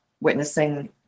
witnessing